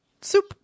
Soup